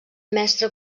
mestre